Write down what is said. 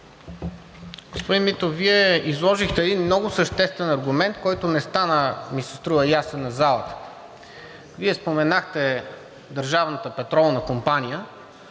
Господин Митов, Вие изложихте един много съществен аргумент, който ми се струва, че не стана ясен на залата. Вие споменахте